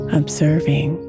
observing